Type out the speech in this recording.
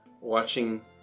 watching